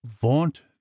vaunt